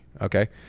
okay